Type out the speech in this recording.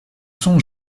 sont